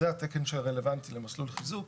זה התקן שרלוונטי למסלול חיזוק.